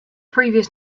previous